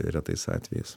retais atvejais